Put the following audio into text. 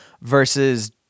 versus